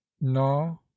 non